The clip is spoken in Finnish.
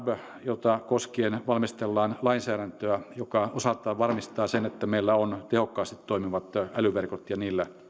jota koskien valmistellaan lainsäädäntöä joka osaltaan varmistaa sen että meillä on tehokkaasti toimivat älyverkot ja niillä